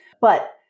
But-